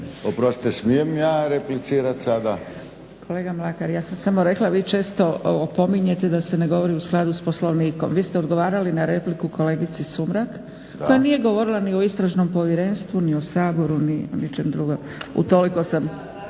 Oprostite smijem ja replicirat sada?